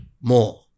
more